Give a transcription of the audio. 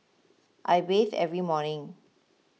I bathe every morning